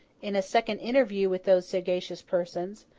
in a second interview with those sagacious persons,